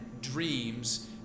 dreams